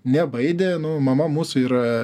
nebaidė nu mama mūsų yra